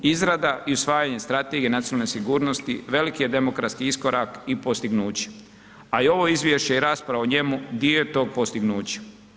Izrada i usvajanje strategije nacionalne sigurnosti veliki je demokratski iskorak i postignuće, a i ovo izvješće i rasprava o njemu, dio je tog postignuća.